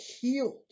healed